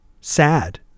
sad